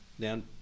down